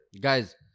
Guys